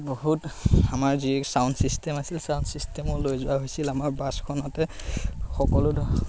বহুত আমাৰ যি চাউণ্ড ছিষ্টেম আছিল চাউণ্ড ছিষ্টেমো লৈ যোৱা হৈছিল আমাৰ বাছখনতে সকলো ধৰ